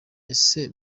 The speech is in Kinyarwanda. ese